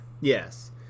Yes